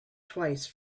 twice